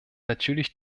natürlich